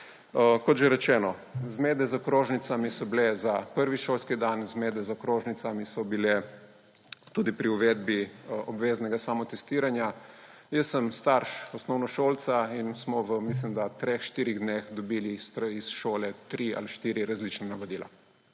Kot že rečeno, zmede z okrožnicami so bile za prvi šolski dan, zmede z okrožnicami so bile tudi pri uvedbi obveznega samotestiranja. Jaz sem starš osnovnošolca in smo v, mislim da, treh, štirih dneh dobili iz šole tri ali štiri različna navodila.